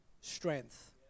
strength